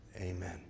Amen